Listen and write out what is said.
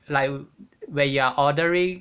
like when you're ordering